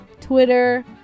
Twitter